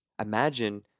Imagine